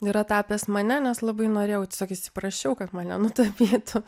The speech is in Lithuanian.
yra tapęs mane nes labai norėjau tiesiog įsiprašiau kad mane nutapytų